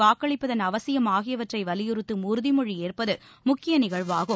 வாக்களிப்பதன் அவசியம் ஆகியவற்றை வலியுறுத்தும் உறுதிமொழி ஏற்பது முக்கிய நிகழ்வாகும்